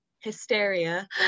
Hysteria